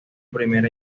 primer